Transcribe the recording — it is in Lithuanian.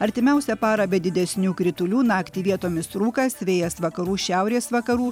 artimiausią parą be didesnių kritulių naktį vietomis rūkas vėjas vakarų šiaurės vakarų